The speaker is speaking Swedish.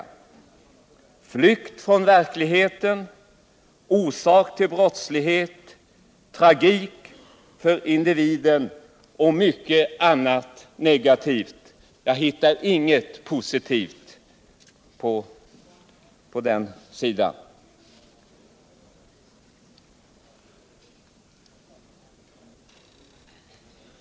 Det ger flykt från verkligheten, det kan vara orsak till brottslighet, tragik för individen och mycket annat negativt. Jag hittar inget positivt!